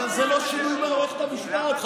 באהבה אני אענה על השאלה הזאת.